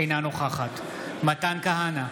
אינה נוכחת מתן כהנא,